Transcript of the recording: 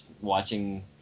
watching